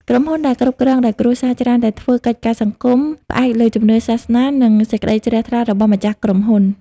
ក្រុមហ៊ុនដែលគ្រប់គ្រងដោយ គ្រួសារ ច្រើនតែធ្វើកិច្ចការសង្គមផ្អែកលើជំនឿសាសនា និងសេចក្ដីជ្រះថ្លារបស់ម្ចាស់ក្រុមហ៊ុន។